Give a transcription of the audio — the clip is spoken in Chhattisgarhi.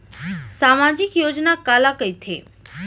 सामाजिक योजना काला कहिथे?